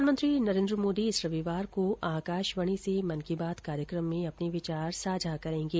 प्रधानमंत्री नरेन्द्र मोदी इस रविवार को आकाशवाणी से मन की बात कार्यक्रम में अपने विचार साझा करेंगे